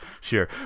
sure